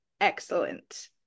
excellent